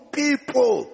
people